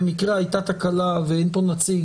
במקרה הייתה תקלה ואין כאן נציג,